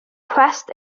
cwest